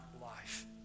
life